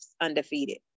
undefeated